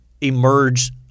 emerge –